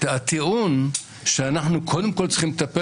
הטיעון שאנחנו קודם כול צריכים לטפל